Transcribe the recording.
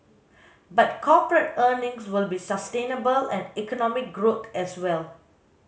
but corporate earnings will be sustainable and economic growth as well